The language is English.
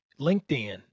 linkedin